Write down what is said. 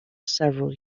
several